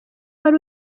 wari